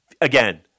Again